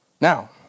Now